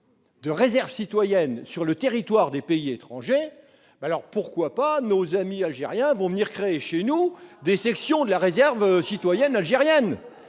la réserve citoyenne sur le territoire de pays étrangers, pourquoi alors nos amis algériens ne viendraient-ils pas créer chez nous des sections de la réserve citoyenne algérienne ?